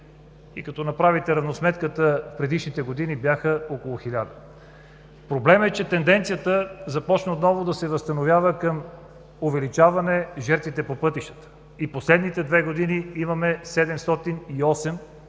Като направите равносметката, в предишните години бяха около 1000. Проблемът е, че тендецията започна отново да се възстановява към увеличаване жертвите по пътищата и последните две години имаме 708